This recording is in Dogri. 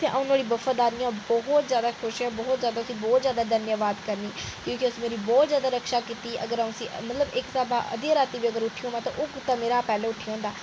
तेअ ''ऊं ओह्दी बफादारी कन्नै बहुत जैदा खुश आं ते बहुत ओह्दा धन्नवाद करनी आं क्यूंकि उस मेरी बहुत जैदा रक्षा कीती दी ऐ मतलव अगर अ'ऊं अध्दी रात्तीं बी उट्ठां ते ओह् कुत्ता मेरे शा पैह्लैं उट्ठी औंदा